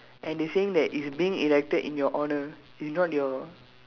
and they saying that it's being erected in your honour it's not your